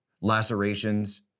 lacerations